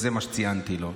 וזה מה שציינתי לו.